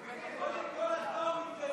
לא נתקבלה.